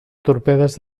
torpedes